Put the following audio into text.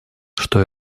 что